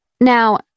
Now